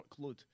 workload